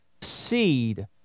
seed